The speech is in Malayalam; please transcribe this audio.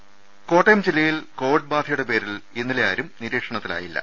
ദരദ കോട്ടയം ജില്ലയിൽ കോവിഡ് ബാധയുടെ പേരിൽ ഇന്നലെ ആരും നിരീക്ഷണത്തിൽ ആയില്ല